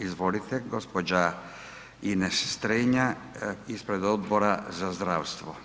Izvolite, gđa. Ines Strenja ispred Odbora za zdravstvo.